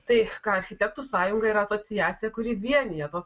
tai ką architektų sąjunga yra asociacija kuri vienija tuos